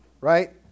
right